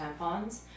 tampons